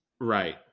Right